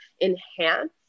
enhance